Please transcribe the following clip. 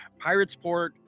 Piratesport